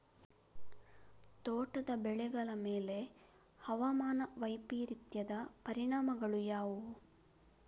ತೋಟದ ಬೆಳೆಗಳ ಮೇಲೆ ಹವಾಮಾನ ವೈಪರೀತ್ಯದ ಪರಿಣಾಮಗಳು ಯಾವುವು?